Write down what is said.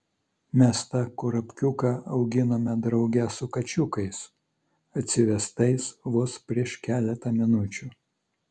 mes tą kurapkiuką auginome drauge su kačiukais atsivestais vos prieš keletą minučių